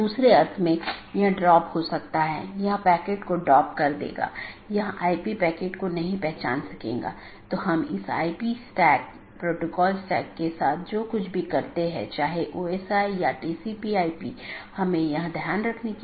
दूसरे अर्थ में हमारे पूरे नेटवर्क को कई ऑटॉनमस सिस्टम में विभाजित किया गया है जिसमें कई नेटवर्क और राउटर शामिल हैं जो ऑटॉनमस सिस्टम की पूरी जानकारी का ध्यान रखते हैं हमने देखा है कि वहाँ एक बैकबोन एरिया राउटर है जो सभी प्रकार की चीजों का ध्यान रखता है